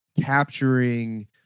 capturing